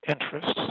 interests